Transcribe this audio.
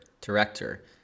director